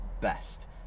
best